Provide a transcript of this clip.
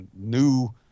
new